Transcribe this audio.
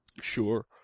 Sure